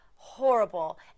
horrible